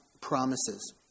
promises